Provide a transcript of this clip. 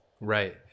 Right